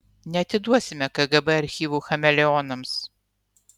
neatiduosime kgb archyvų chameleonams